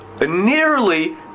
nearly